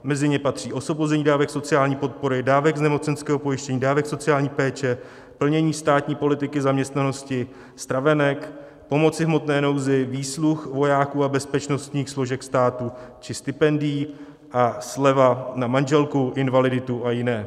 Mezi ně patří osvobození dávek sociální podpory, dávek z nemocenského pojištění, dávek sociální péče, plnění státní politiky zaměstnanosti, stravenek, pomoci v hmotné nouzi, výsluh vojáků a bezpečnostních složek státu, stipendií a sleva na manželku, invaliditu a jiné.